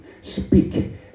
speak